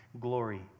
glory